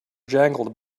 jangled